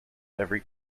every